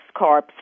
carbs